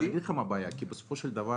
אני אסביר לך מה הבעיה: בסופו של דבר,